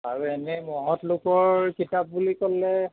আৰু এনে মহৎ লোকৰ কিতাপ বুলি ক'লে